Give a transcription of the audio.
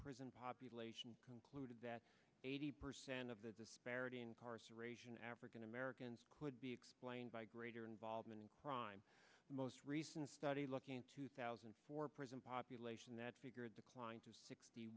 prison population concluded that eighty percent of the disparity incarceration african americans could be explained by greater involvement in crime the most recent study looking at two thousand and four prison population that declined to